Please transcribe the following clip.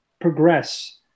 progress